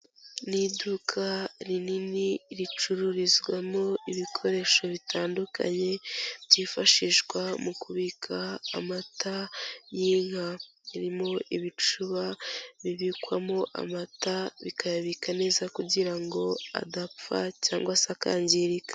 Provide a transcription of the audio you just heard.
Ni iduka rinini ricururizwamo ibikoresho bitandukanye byifashishwa mu kubika amata y'inka, ririmo ibicuba bibikwamo amata bikayabika neza kugira ngo adapfa cyangwa se akangirika.